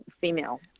female